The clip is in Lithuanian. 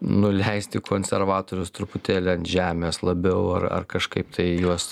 nuleisti konservatorius truputėlį ant žemės labiau ar ar kažkaip tai juos